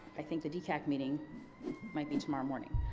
i think the dcac meeting might be tomorrow morning,